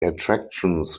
attractions